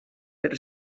per